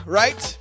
right